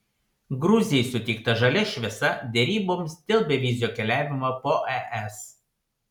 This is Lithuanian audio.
gruzijai suteikta žalia šviesa deryboms dėl bevizio keliavimo po es